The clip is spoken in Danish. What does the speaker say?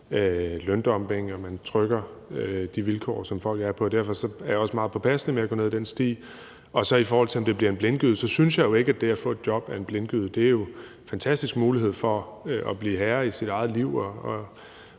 løndumping, at man trykker de vilkår, som folk er på, og derfor er jeg også meget påpasselig med at gå ned ad den sti. I forhold til om det bliver en blindgyde, synes jeg jo ikke, at det at få et job er en blindgyde, men det er jo en fantastisk mulighed for at blive herre i sit eget liv og